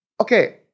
Okay